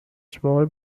small